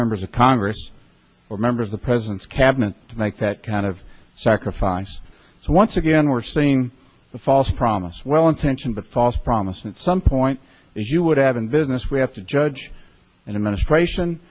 members of congress or members the president's cabinet to make that kind of sacrifice so once again we're seeing the false promise well intentioned but false promise at some point as you would have in business we have to judge and administration